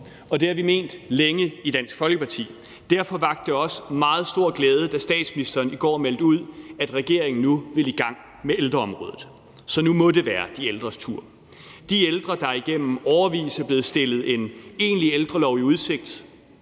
og det har vi ment længe i Dansk Folkeparti. Derfor vakte det også meget stor glæde, da statsministeren i går meldte ud, at regeringen nu ville i gang med ældreområdet. Så nu må det være de ældres tur – de ældre, der i årevis er blevet stillet en egentlig ældrelov i udsigt,